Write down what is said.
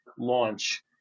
launch